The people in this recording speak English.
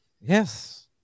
Yes